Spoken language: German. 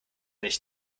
nicht